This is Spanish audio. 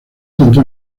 tanto